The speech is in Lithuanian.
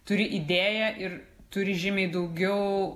turi idėją ir turi žymiai daugiau